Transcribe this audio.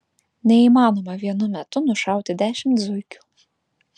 neįmanoma vienu metu nušauti dešimt zuikių